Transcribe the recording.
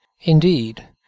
Indeed